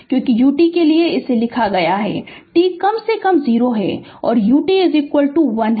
क्योंकि ut के लिए लिखा गया है कि t कम से कम 0 ut 1 है